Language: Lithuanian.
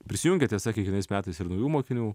prisijungia tiesa kiekvienais metais ir naujų mokinių